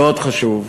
מאוד חשוב.